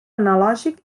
analògic